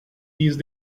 these